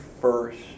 first